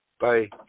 Bye